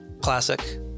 Classic